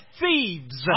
thieves